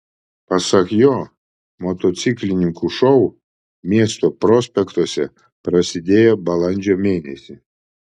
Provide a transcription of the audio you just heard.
pasak jo motociklininkų šou miesto prospektuose prasidėjo balandžio mėnesį